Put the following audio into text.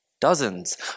Dozens